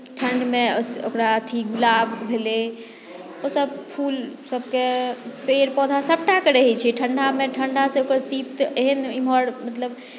ठण्डमे ओकरा अथी गुलाब भेलै ओसभ फूलसभके पेड़ पौधा सभटाके रहैत छै ठण्डामे ठण्डासँ ओकर शीत एहन मतलब इम्हर मतलब